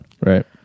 Right